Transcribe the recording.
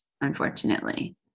unfortunately